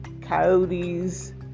coyotes